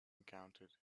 encountered